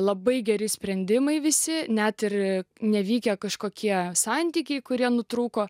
labai geri sprendimai visi net ir nevykę kažkokie santykiai kurie nutrūko